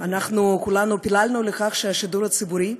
אנחנו כולנו פיללנו לכך שהשידור הציבורי,